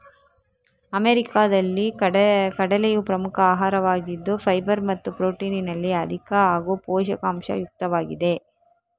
ಅಮೆರಿಕಾದಲ್ಲಿ ಕಡಲೆಯು ಪ್ರಮುಖ ಆಹಾರವಾಗಿದ್ದು ಫೈಬರ್ ಮತ್ತು ಪ್ರೊಟೀನಿನಲ್ಲಿ ಅಧಿಕ ಹಾಗೂ ಪೋಷಕಾಂಶ ಯುಕ್ತವಾಗಿದೆ